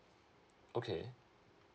okay